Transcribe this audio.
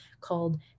called